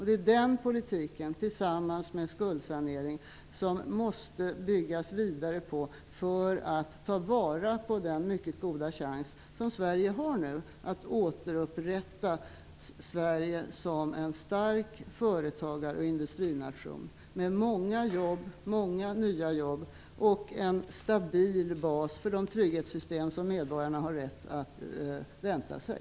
Det är den politiken tillsammans med skuldsanering som det måste byggas vidare på för att man skall kunna ta vara på den mycket goda chans som Sverige nu har att återupprätta Sverige som en stark företagar och industrination med många nya jobb och med en stabil bas för de trygghetssystem som medborgarna har rätt att förvänta sig.